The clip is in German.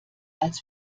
als